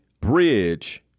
bridge